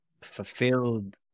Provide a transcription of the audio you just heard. fulfilled